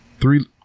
three